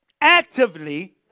actively